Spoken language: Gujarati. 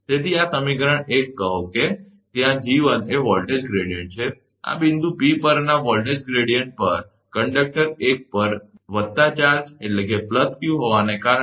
તેથી આ સમીકરણ 1 કહો કે જ્યાં 𝐺1 એ વોલ્ટેજ ગ્રેડીયંટ છે આ બિંદુ P પરના વોલ્ટેજ ગ્રેડીયંટ પર કંડક્ટર 1 પર ચાર્જ વત્તા q q હોવાને કારણે